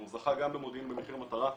הוא זכה גם במודיעין ב'מחיר מטרה',